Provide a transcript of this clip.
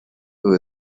who